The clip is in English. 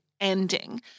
ending